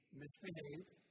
misbehaved